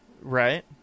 right